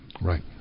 Right